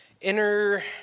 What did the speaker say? inner